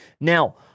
Now